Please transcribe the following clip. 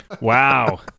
Wow